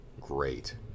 great